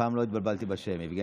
והפעם לא התבלבלתי בשם, יבגני.